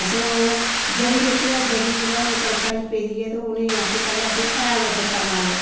असें जड़ी बिच गै जड़ी जेल्ले कनका च पेदी ऐ ते उनेंगी असें पैहलां असें हैल दा छट्टा मारेआ